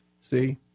See